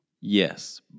Yes